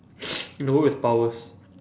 in a world with powers